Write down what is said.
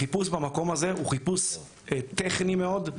החיפוש במקום הזה הוא חיפוש טכני מאוד.